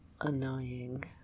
annoying